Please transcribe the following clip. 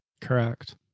Correct